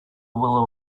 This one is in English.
will